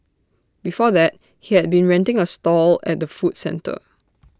before that he had been renting A stall at the food centre